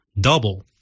double